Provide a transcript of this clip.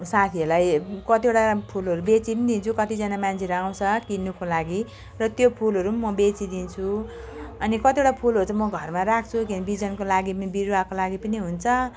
साथीहरूलाई कतिवटा फुलहरू बेची पनि दिन्छु कतिजना मान्छेहरू आउँछ किन्नुको लागि र त्यो फुलहरू पनि म बेचिदिन्छु अनि कतिवटा फुलहरू चाहिँ म घरमा राख्छु किनभने बिजनको लागि पनि बिरुवाको लागि पनि हुन्छ